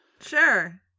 Sure